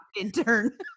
intern